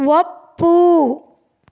ಒಪ್ಪು